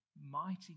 mighty